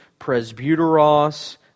presbyteros